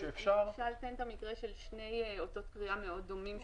תן את המקרה של שני אותות קריאה מאוד דומים.